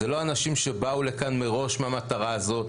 זה לא אנשים שבאו לכאן מראש מהמטרה הזאת.